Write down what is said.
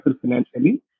financially